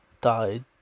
died